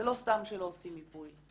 זה לא סתם שלא עושים מיפוי,